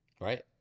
Right